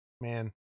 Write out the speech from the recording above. man